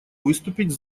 выступить